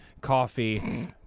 coffee